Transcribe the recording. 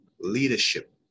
leadership